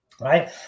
right